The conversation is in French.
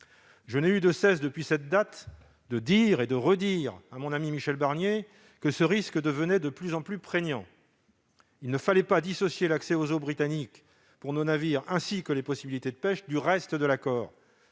je n'ai eu de cesse de dire et de redire à mon ami Michel Barnier que ce risque devenait de plus en plus prégnant, et qu'il ne fallait pas dissocier l'accès aux eaux britanniques pour nos navires ni les possibilités de pêche du reste de l'accord,